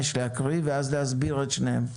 ואז להסביר את שניהם.